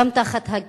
גם תחת הגשם,